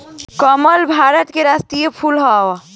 कमल भारत के राष्ट्रीय फूल हवे